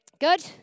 Good